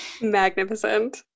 Magnificent